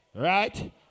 Right